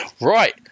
Right